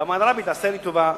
ואמר: רבי, תעשה לי טובה,